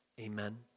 amen